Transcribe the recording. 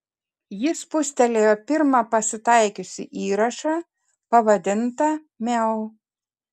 ji spustelėjo pirmą pasitaikiusį įrašą pavadintą miau